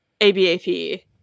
abap